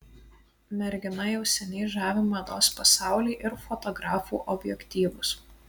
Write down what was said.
mergina jau seniai žavi mados pasaulį ir fotografų objektyvus